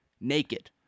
naked